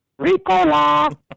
Ricola